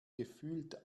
gefühlt